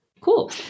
Cool